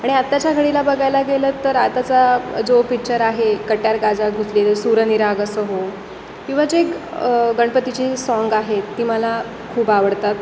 आणि आत्ताच्या घडीला बघायला गेलं तर आताचा जो पिक्चर आहे कट्यार काजात घुसली सूर निरागस हो किंवा जे गणपतीची साँग आहेत ती मला खूप आवडतात